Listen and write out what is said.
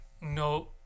no